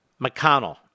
McConnell